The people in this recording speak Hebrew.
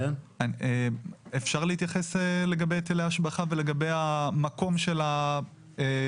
רווחיות גדולה והיטל ההשבחה צריך להיות יותר גבוה,